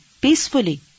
peacefully